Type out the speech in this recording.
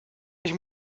ich